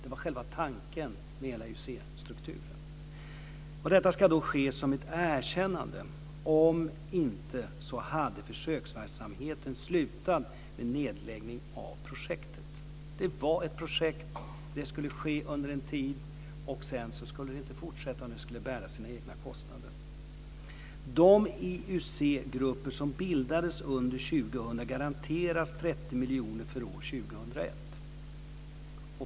Det var tanken bakom hela IUC-strukturen. Detta ska ses som ett erkännande. Utan den inriktningen hade försöksverksamheten slutat med nedläggning. Det var ett projekt som skulle drivas under en tid, och sedan skulle det inte fortsätta, utan verksamheten skulle bära sina egna kostnader. För det andra: De IUC-grupper som bildades under 2000 garanteras 30 miljoner för år 2001.